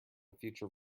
future